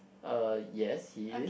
uh yes he is